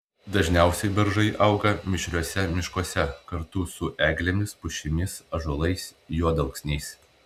dažniausiai beržai auga mišriuose miškuose kartu su eglėmis pušimis ąžuolais juodalksniais